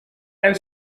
and